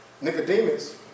Nicodemus